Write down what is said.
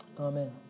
amen